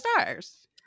stars